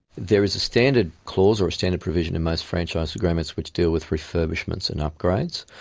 there is a standard clause or a standard provision in most franchise agreements which deal with refurbishments and upgrades.